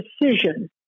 decision